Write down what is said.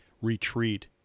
retreat